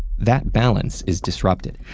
that balance is disrupted.